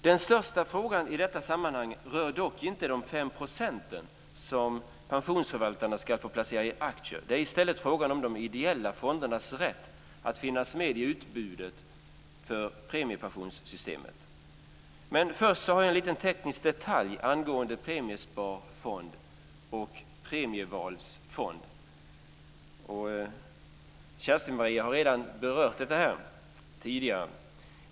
Den största frågan i detta sammanhang rör dock inte de fem procenten som pensionsförvaltarna ska få placera i aktier. Det är i stället frågan om de ideella fondernas rätt att finnas med i utbudet för premiepensionssystemet. Först vill jag ta upp en liten teknisk detalj angående Premiesparfonden och Premievalsfonden. Kerstin Maria Stalin har redan tidigare berört detta.